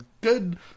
good